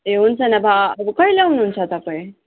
ए हुन्छ नभए कहिले आउनु हुन्छ तपाईँ